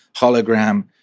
hologram